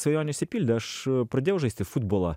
svajonė išsipildė aš pradėjau žaisti futbolą